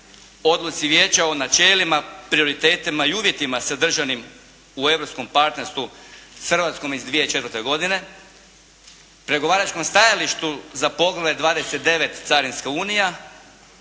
odluci vijeća o načelima, prioritetima i uvjetima sadržanim u europskom partnerstvu sa Hrvatskom iz 2004. godine, pregovaračkom stajalištu za poglavlje 29. carinska Unije,